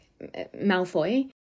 Malfoy